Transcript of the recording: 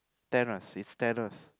Thanos it's Thanos